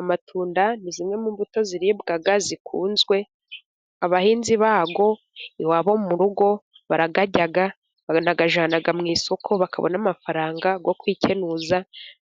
Amatunda ni zimwe mu mbuto ziribwa zikunzwe, abahinzi bayo iwabo mu rugo barayarya banayajya mu isoko, bakabona amafaranga yo kwikenuza,